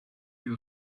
you